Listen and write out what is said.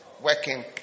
Working